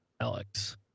Alex